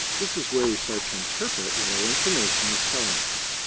this is where we start to interpret what our information is telling us.